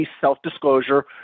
self-disclosure